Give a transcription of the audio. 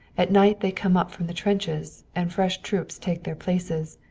at night they come up from the trenches, and fresh troops take their places.